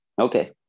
Okay